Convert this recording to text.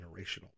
generational